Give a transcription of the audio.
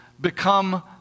become